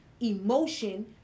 emotion